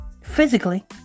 Physically